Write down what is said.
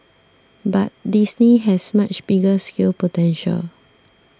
but Disney has much bigger scale potential